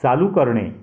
चालू करणे